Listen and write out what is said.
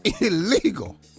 illegal